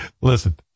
Listen